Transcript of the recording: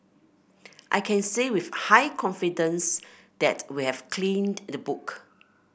I can say with high confidence that we have cleaned the book